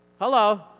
Hello